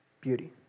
beauty